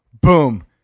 boom